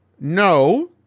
no